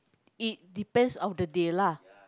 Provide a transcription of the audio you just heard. it depends of the day lah